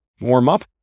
warm-up